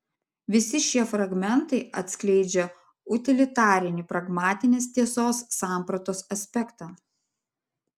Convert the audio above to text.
visi šie fragmentai atskleidžia utilitarinį pragmatinės tiesos sampratos aspektą